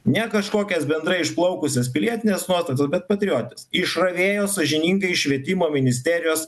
ne kažkokias bendrai išplaukusios pilietinės nuotats bet patriotes išravėjo sąžiningai švietimo ministerijos